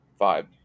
vibe